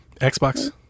Xbox